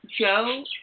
Joe